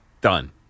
done